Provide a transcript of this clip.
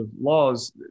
laws